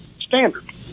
standard